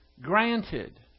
granted